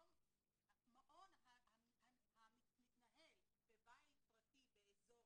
מעון המתנהל בבית פרטי באזור